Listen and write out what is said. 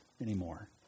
anymore